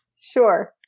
sure